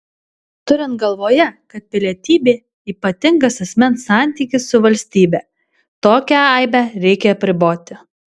turint galvoje kad pilietybė ypatingas asmens santykis su valstybe tokią aibę reikia apriboti